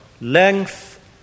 Length